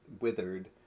withered